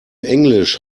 englisch